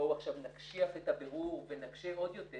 בואו עכשיו נקשיח את הבירור ונקשה עוד יותר